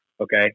okay